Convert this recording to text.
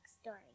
story